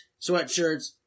sweatshirts